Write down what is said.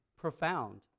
Profound